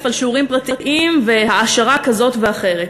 על שיעורים פרטיים והעשרה כזאת ואחרת.